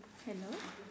hello